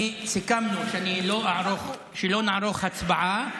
סיכמנו שלא נערוך הצבעה.